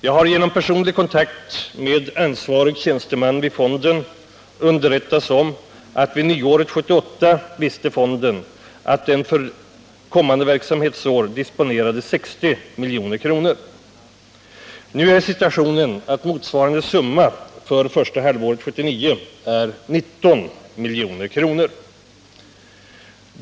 Jag har genom personlig kontakt med ansvarig tjänsteman vid fonden underrättats om att man vid nyåret 1978 visste att fonden för kommande verksamhetsår disponerade 60 milj.kr. Nu är emellertid situationen den att motsvarande summa för första halvåret 1979 är 19 milj.kr.